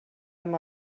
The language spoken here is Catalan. amb